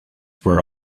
were